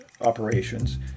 operations